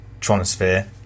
Tronosphere